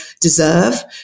deserve